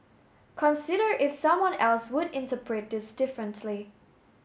consider if someone else would interpret this differently